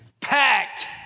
packed